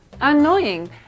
annoying